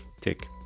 tick